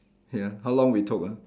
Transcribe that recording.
ya how long we took ah